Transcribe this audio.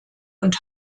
und